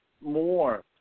more